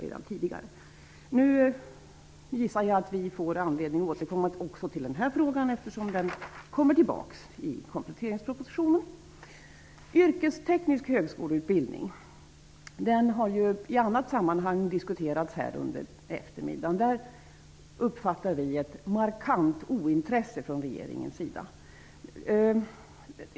Men jag gissar att vi får anledning att återkomma också till denna fråga, eftersom den kommer tillbaka i kompletteringspropositionen. Yrkesteknisk högskoleutbildning har ju diskuterats i ett annat sammanhang här på eftermiddagen. Där uppfattar vi ett markant ointresse från regeringens sida.